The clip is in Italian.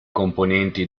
componenti